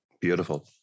Beautiful